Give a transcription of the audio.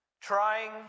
trying